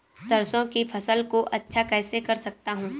सरसो की फसल को अच्छा कैसे कर सकता हूँ?